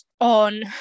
on